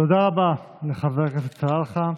תודה רבה לחבר הכנסת סלאלחה.